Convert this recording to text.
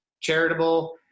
charitable